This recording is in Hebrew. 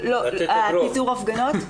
פיזור הפגנות?